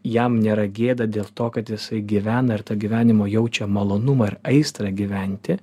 jam nėra gėda dėl to kad jisai gyvena ir to gyvenimo jaučia malonumą ir aistrą gyventi